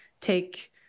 take